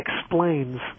explains